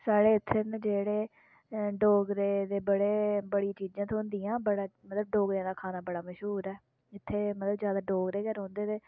साढ़ै इत्थे न जेह्ड़े डोगरे दे बड़े बड़ी चीजां थ्होदियां बड़ा मतलब डोगरें दा खाना बडा मश्हूर ऐ इत्थें मतलब ज्यादा डोगरे गै रौंह्दे ते